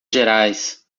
gerais